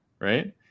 right